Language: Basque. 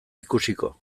ikusiko